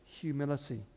humility